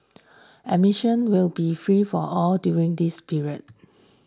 admission will be free for all during this period